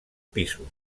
pisos